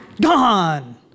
gone